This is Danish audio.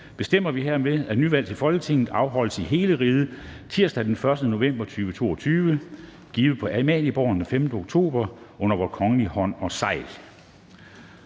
bestemmer Vi herved, at nyvalg til Folketinget afholdes i hele riget tirsdag den 1. november 2022. Givet på Amalienborg, den 5. oktober 2022 Under Vor Kongelige Hånd og Segl